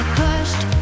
pushed